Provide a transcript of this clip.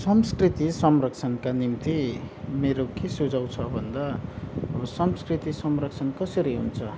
संस्कृति संरक्षणका निम्ति मेरो के सुझाउ छ भन्दा अब संस्कृति संरक्षण कसरी हुन्छ